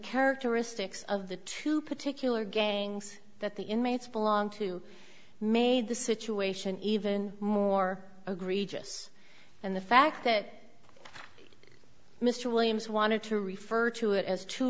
characteristics of the two particular gangs that the inmates belong to made the situation even more agree just in the fact that mr williams wanted to refer to it as two